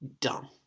dumb